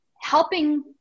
helping